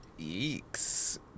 Eeks